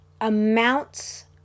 amounts